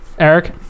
Eric